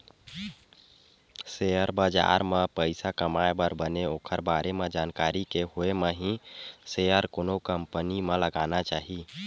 share बजार म पइसा कमाए बर बने ओखर बारे म जानकारी के होय म ही सेयर कोनो कंपनी म लगाना चाही